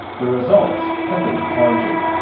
the results have been encouraging.